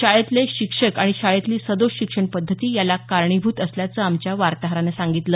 शाळेतले शिक्षक आणि शाळेतली सदोष शिक्षण पद्धती याला कारणीभूत असल्याचं आमच्या वार्ताहरानं सांगितलं